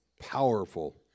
powerful